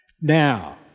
Now